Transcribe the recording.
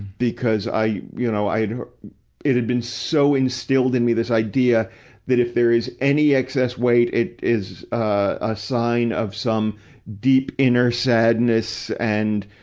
because i, you know, i it had been so instilled in me, this idea that if there is any excess weight, it is, ah, a sign of some deep inner sadness and,